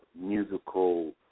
musical